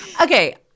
Okay